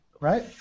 right